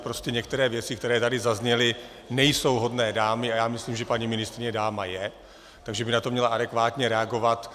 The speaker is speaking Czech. Prostě některé věci, které tady zazněly, nejsou hodné dámy, a já myslím, že paní ministryně dáma je, takže by na to měla adekvátně reagovat.